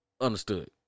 understood